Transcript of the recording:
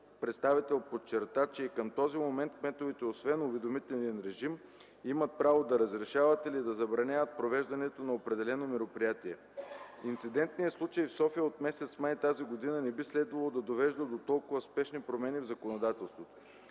представител подчерта, че и към този момент кметовете освен уведомителен режим имат право да разрешат или да забранят провеждането на определено мероприятие. Инцидентният случай в София от м. май т.г. не би следвало да довежда до толкова спешни промени в законодателството.